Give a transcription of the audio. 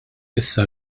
issa